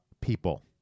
people